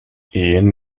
ehen